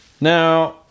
Now